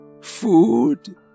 Food